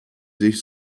sich